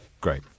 Great